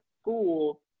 school